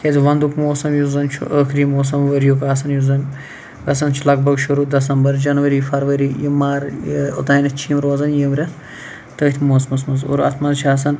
کیازِ وَندُک موسَم یُس زَن چھُ ٲخری موسَم ؤرۍ یُک آسان یُس زَن گَژھان چھُ لَگ بَگ شُروع دَسَمبَر جَنوَری فَروَری یہِ مارچ اوتانٮ۪تھ چھِ یِم روزان یِم رٮ۪تھ تٔتھۍ موسمَس مَنٛز اور اَتھ مَنٛز چھِ آسان